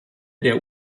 der